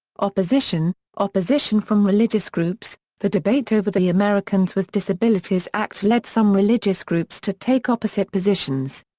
opposition opposition from religious groups the debate over the americans with disabilities act led some religious groups to take opposite positions.